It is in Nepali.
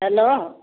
हेलो